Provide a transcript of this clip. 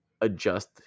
adjust